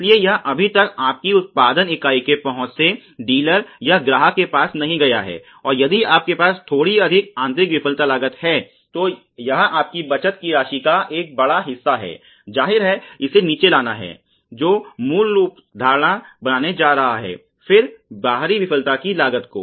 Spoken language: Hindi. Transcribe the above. इसलिए यह अभी तक आपकी उत्पादन इकाई के पहुँच से डीलर या ग्राहक के पास नहीं गया है और यदि आपके पास थोड़ी अधिक आंतरिक विफलता लागत है तो यह आपकी बचत की राशि का एक बड़ा हिस्सा है जाहिर है इसे नीचे लाना है जो मूल धारणा बनने जा रहा है फिर बाहरी विफलता की लागत को